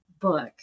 book